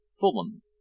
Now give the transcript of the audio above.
Fulham